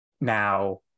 Now